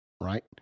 right